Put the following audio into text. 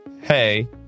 hey